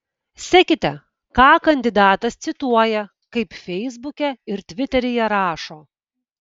sekite ką kandidatas cituoja kaip feisbuke ir tviteryje rašo